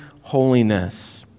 holiness